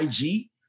IG